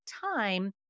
time